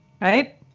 right